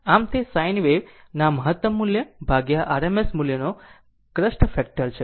આ તે sine wave ના મહત્તમ મૂલ્ય RMS મૂલ્યનો ક્રસ્ટ ફેક્ટર છે